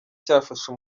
cyafashe